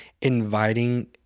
inviting